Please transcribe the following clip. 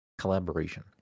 collaboration